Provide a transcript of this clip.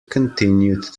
continued